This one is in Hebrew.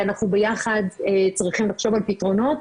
ואנחנו ביחד צריכים לחשוב על פתרונות.